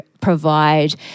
provide